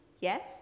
Yes